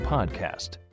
Podcast